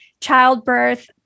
childbirth